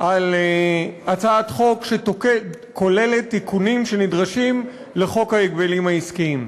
על הצעת חוק שכוללת תיקונים שנדרשים לחוק ההגבלים העסקיים,